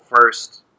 first